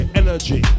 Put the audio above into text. energy